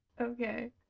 Okay